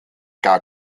gar